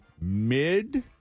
mid